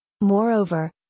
Moreover